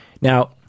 Now